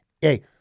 Hey